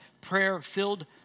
prayer-filled